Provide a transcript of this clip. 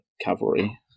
cavalry